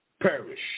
Perish